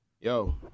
Yo